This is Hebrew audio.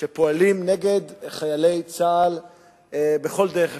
שפועלים נגד חיילי צה"ל בכל דרך אפשרית,